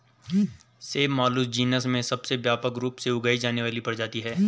सेब Malus genus में सबसे व्यापक रूप से उगाई जाने वाली प्रजाति है